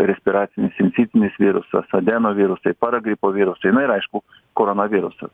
respiracinis sincitinis virusas adenovirusai paragripo virusai na ir aišku koronavirusas